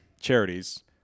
charities